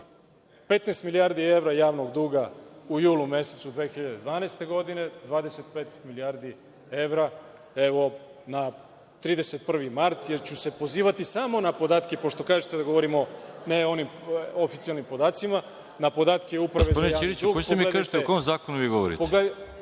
15 milijardi evra javnog duga u julu mesecu 2012. godine, 25 milijardi evra, evo, 31. mart, jer ću se pozivati samo na podatke, pošto kažete da ne govorimo o oficijelnim podacima, na podatke Uprave za javni